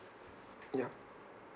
ya